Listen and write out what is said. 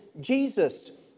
Jesus